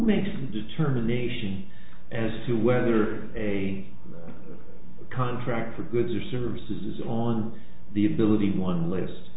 make determinations as to whether a contract for goods or services is on the ability one l